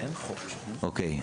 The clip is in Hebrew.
אוקיי.